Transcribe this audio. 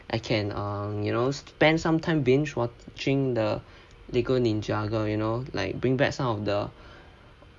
I can um you know spend some time binge watching the lego ninja go you know like bring back some of the